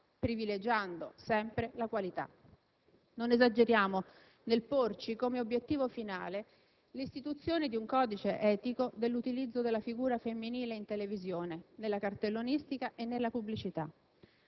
privilegiando sempre la qualità. Non esageriamo nel porci come obbiettivo finale l'istituzione di un codice etico dell'utilizzo della figura femminile in televisione, nella cartellonistica e nella pubblicità.